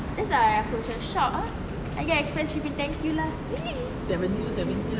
that's why I aku macam shock !huh! I get express shipping thank you lah